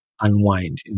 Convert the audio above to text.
unwind